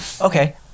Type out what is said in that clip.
Okay